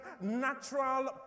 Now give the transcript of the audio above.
natural